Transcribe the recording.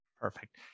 Perfect